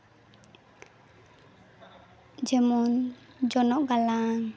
ᱡᱮᱢᱚᱱ ᱡᱚᱱᱚᱜ ᱜᱟᱞᱟᱝ